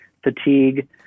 fatigue